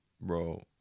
bro